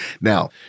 Now